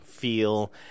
feel